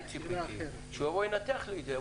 אני ציפיתי שהוא יבוא וינתח לי את זה.